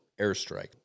airstrike